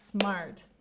smart